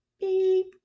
beep